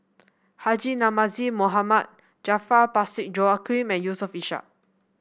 Haji Namazie Mohd Parsick Joaquim and Yusof Ishak